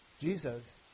Jesus